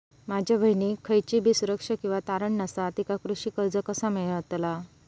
माझ्या बहिणीक खयचीबी सुरक्षा किंवा तारण नसा तिका कृषी कर्ज कसा मेळतल?